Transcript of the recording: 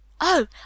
Oh